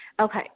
Okay